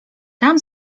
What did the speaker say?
tam